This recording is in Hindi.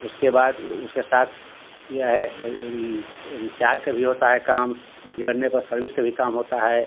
उसके बाद उसके साथ यह है रीचार्ज का भी होता है काम बिगड़ने पर सर्विस के भी काम होता है